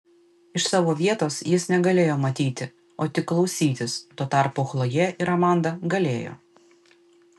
iš savo vietos jis negalėjo matyti o tik klausytis tuo tarpu chlojė ir amanda galėjo